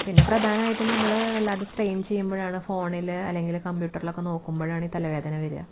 പിന്നെ പ്രധാനമായിട്ടും നമ്മള് വല്ലാതെ സ്ട്രെയ്ൻ ചെയ്യുമ്പഴാണ് ഫോണില് അല്ലെങ്കിൽ കമ്പ്യൂട്ടറിലൊക്കെ നോക്കുമ്പോഴാണ് തലവേദന വരിക